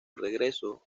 regreso